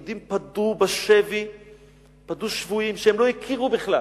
יהודים פדו שבויים שהם לא הכירו בכלל.